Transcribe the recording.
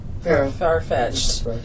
far-fetched